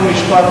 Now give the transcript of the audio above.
חוק ומשפט,